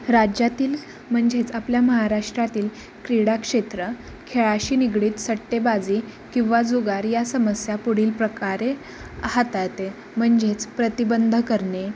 राज्यातील म्हणजेच आपल्या महाराष्ट्रातील क्रीडाक्षेत्र खेळाशी निगडीत सट्टेबाजी किंवा जुगार या समस्या पुढील प्रकारे हाताळते म्हणजेच प्रतिबंध करणे